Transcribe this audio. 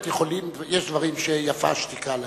יש דברים שיפה השתיקה להם,